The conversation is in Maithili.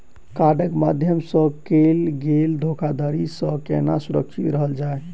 कार्डक माध्यम सँ कैल गेल धोखाधड़ी सँ केना सुरक्षित रहल जाए?